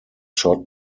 shot